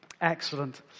Excellent